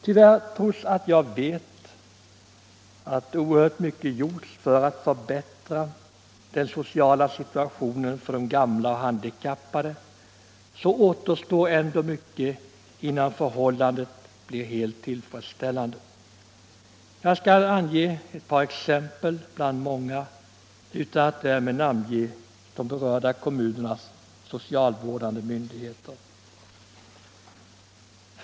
Trots att jag vet att oerhört mycket gjorts för att förbättra den sociala situationen för de gamla och handikappade, återstår tyvärr ändå mycket innan förhållandet blir helt tillfredsställande. Jag skall ange ett par exempel bland många utan att därmed namnge de berörda kommunernas socialvårdande myndigheter.